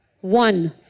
One